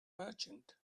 merchant